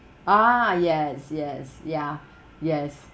ah yes yes ya yes